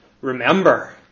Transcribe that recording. Remember